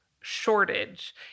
shortage